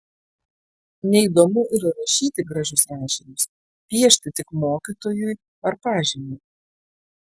neįdomu ir rašyti gražius rašinius piešti tik mokytojui ar pažymiui